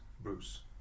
Bruce